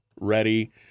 ready